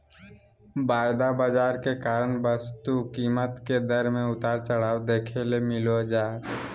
वायदा बाजार के कारण वस्तु कीमत के दर मे उतार चढ़ाव देखे ले मिलो जय